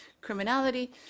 criminality